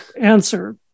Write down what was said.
answer